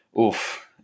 Oof